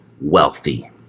wealthy